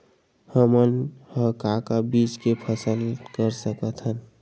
हमन ह का का बीज के फसल कर सकत हन?